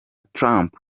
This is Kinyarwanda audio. trump